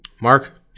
Mark